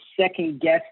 second-guess